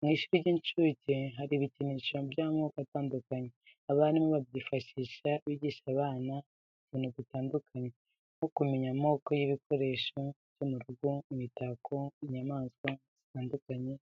Mu ishuri ry'incuke harimo ibikinisho by'amoko atandukanye, abarimu babyifashisha bigisha abana utuntu dutandukanye, nko kumenya amoko y'ibikoresho byo mu rugo, imitako, inyamaswa zitandukanye